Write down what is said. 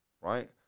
right